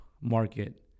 market